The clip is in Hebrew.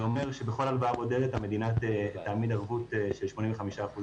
זה אומר שבכל הלוואה בודדת המדינה תעמיד ערבות של 85% בבנקים.